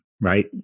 right